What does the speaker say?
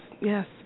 yes